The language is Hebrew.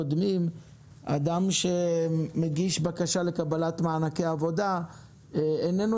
אדם שמגיש בקשה לקבלת מענקי עבודה איננו